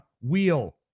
wheel